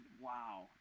wow